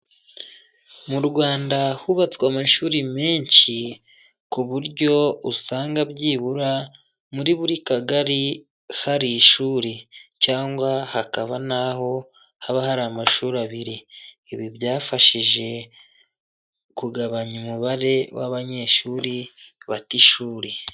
Mu Rwanda hubatswe amashuri menshi ku buryo usanga byibura muri buri kagari hari ishuri cyangwa hakaba n'aho haba hari amashuri abiri. Ibi byafashije kugabanya umubare w'abanyeshuri bata ishuri.